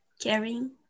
caring